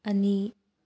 ꯑꯅꯤ